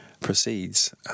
proceeds